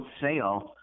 sale